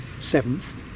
seventh